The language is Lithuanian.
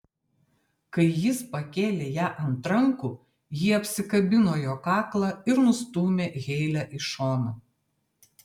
kai jis pakėlė ją ant rankų ji apsikabino jo kaklą ir nustūmė heilę į šoną